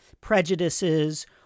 prejudices